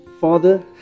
father